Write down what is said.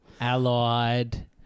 Allied